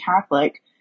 Catholic